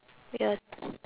ya